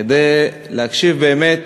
כדי להקשיב באמת